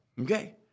okay